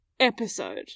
episode